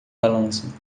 balança